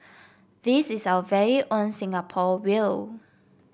this is our very own Singapore whale